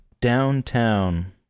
downtown